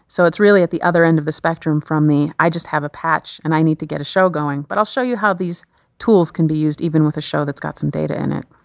so it's really at the other end of the spectrum from the i just have a patch and i need to get a show going, but i'll show you how these tools can be used even with a show that's got some data in it.